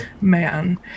man